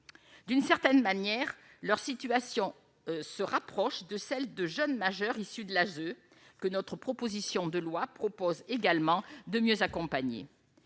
d'une certaine manière, leur situation se rapproche de celle de jeunes majeurs issus de l'ASE que notre proposition de loi propose également de mieux accompagner,